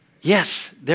yes